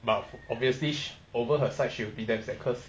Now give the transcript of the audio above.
but obviously is over her side she'll be damn sad cause